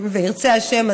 וירצה השם,